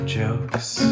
jokes